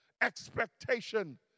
expectation